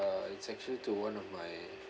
it's actually to one of my